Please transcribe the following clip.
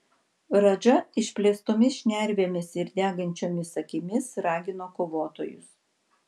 radža išplėstomis šnervėmis ir degančiomis akimis ragino kovotojus